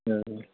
ओं